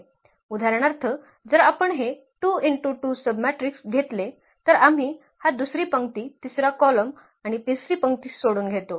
उदाहरणार्थ जर आपण हे 2 × 2 सबमॅट्रिक्स घेतले तर आम्ही हा दुसरी पंक्ती तिसरा कॉलम आणि तिसरी पंक्ती सोडून घेतो